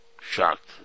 Shocked